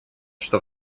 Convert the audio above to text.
что